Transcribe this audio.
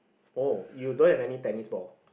oh you don't have any tennis ball